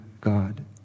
God